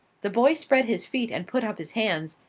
the boy spread his feet and put up his hands,